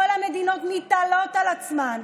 כל המדינות מתעלות על עצמן.